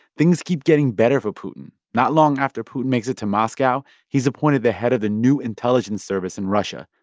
things keep getting better for putin. not long after putin makes it to moscow, he's appointed the head of the new intelligence service in russia,